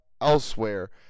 elsewhere